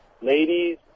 ladies